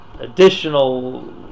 additional